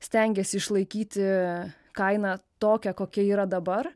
stengiasi išlaikyti kainą tokią kokia yra dabar